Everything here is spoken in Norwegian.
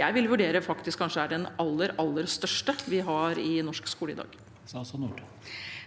jeg vil vurdere at faktisk kanskje er den aller største vi har i norsk skole i dag?